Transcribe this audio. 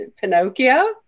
Pinocchio